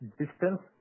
distance